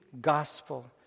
gospel